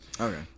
Okay